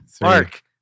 Mark